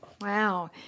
Wow